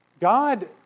God